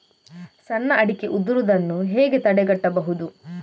ಸಣ್ಣ ಅಡಿಕೆ ಉದುರುದನ್ನು ಹೇಗೆ ತಡೆಗಟ್ಟಬಹುದು?